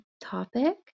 topic